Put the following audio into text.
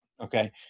Okay